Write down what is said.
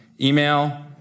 email